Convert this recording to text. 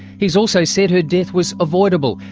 he's also said her death was avoidable,